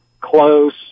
close